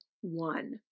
one